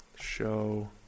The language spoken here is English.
Show